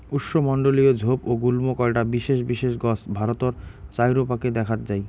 উষ্ণমণ্ডলীয় ঝোপ ও গুল্ম কয়টা বিশেষ বিশেষ গছ ভারতর চাইরোপাকে দ্যাখ্যাত যাই